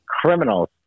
criminals